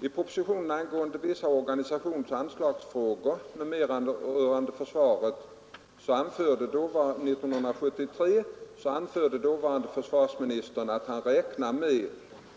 I proposition angående vissa organisationsoch anslagsfrågor m.m. rörande försvaret anförde dåvarande försvarsministern att han räknade med